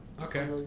Okay